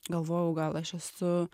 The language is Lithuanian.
galvojau gal aš esu